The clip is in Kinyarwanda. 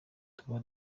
tuba